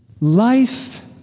Life